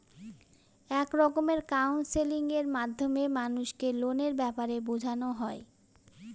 এক রকমের কাউন্সেলিং এর মাধ্যমে মানুষকে লোনের ব্যাপারে বোঝানো হয়